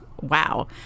wow